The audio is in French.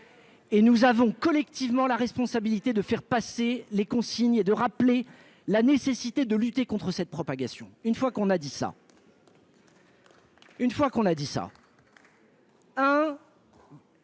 et nous avons collectivement la responsabilité de diffuser les consignes et de rappeler la nécessité de lutter contre cette propagation. Reste que les